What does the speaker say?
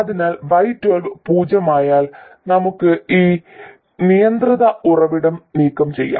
അതിനാൽ y12 പൂജ്യമായാൽ നമുക്ക് ഈ നിയന്ത്രണ ഉറവിടം നീക്കംചെയ്യാം